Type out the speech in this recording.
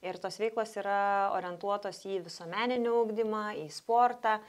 ir tos veiklos yra orientuotos į visuomeninį ugdymą į sportą